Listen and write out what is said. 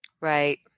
Right